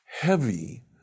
heavy